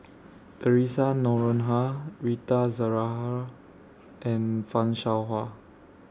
Theresa Noronha Rita and fan Shao Hua